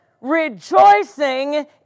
Rejoicing